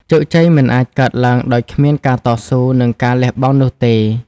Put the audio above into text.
ជោគជ័យមិនអាចកើតឡើងដោយគ្មានការតស៊ូ និងការលះបង់នោះទេ។